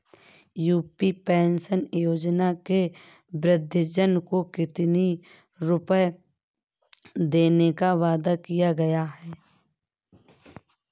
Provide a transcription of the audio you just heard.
UP pension योजना में वृद्धजन को कितनी रूपये देने का वादा किया गया है?